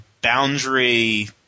boundary